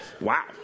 Wow